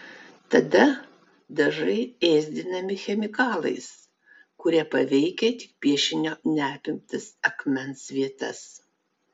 tada dažai ėsdinami chemikalais kurie paveikia tik piešinio neapimtas akmens vietas